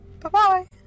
Bye-bye